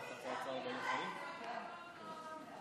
ההצעה להעביר את הצעת חוק הכשרות המשפטית